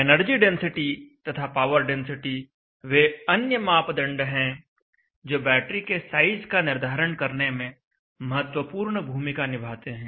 energy density तथा power density वे अन्य मापदंड हैं जो बैटरी के साइज का निर्धारण करने में महत्वपूर्ण भूमिका निभाते हैं